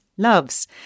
Loves